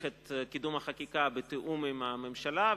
את קידום החקיקה בתיאום עם הממשלה,